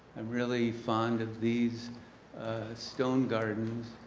am really fond of these stone gardens.